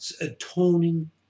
Atoning